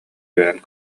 үөрэн